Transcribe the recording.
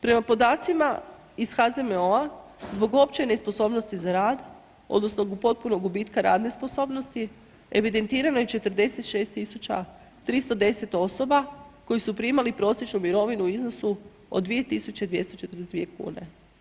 Prema podacima iz HZMO-a zbog opće nesposobnosti za rad odnosno do potpunog gubitka radne sposobnosti, evidentirano je 46 310 osoba koje su primali prosječnu mirovinu u iznosu od 2242 kune.